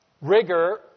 rigor